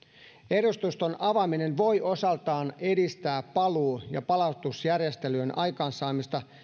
edustuston avaaminen voi osaltaan edistää paluu ja palautusjärjestelyjen aikaansaamista